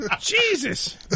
Jesus